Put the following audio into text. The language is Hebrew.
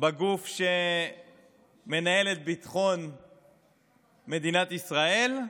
הגוף שמנהל את ביטחון מדינת ישראל,